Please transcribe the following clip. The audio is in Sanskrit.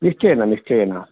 निश्चयेन निश्चयेन